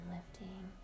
Lifting